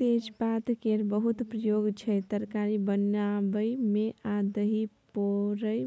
तेजपात केर बहुत प्रयोग छै तरकारी बनाबै मे आ दही पोरय